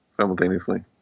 simultaneously